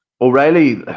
O'Reilly